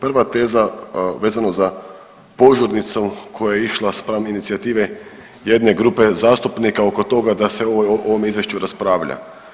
Prva teza vezano za požurnicu koja je išla spram inicijative jedne grupe zastupnika oko toga sa se o ovom izvješću raspravlja.